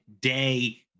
day